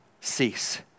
cease